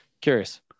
curious